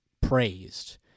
praised